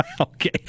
Okay